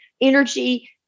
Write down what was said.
energy